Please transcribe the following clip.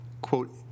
quote